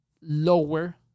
lower